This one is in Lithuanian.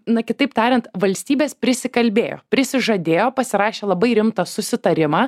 na kitaip tariant valstybės prisikalbėjo prisižadėjo pasirašė labai rimtą susitarimą